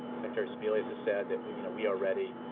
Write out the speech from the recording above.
secretary sebelius has said, that we you know we are ready